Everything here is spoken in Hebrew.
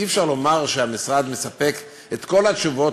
אי-אפשר לומר שהמשרד מספק את כל התשובות